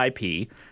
IP